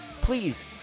Please